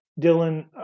Dylan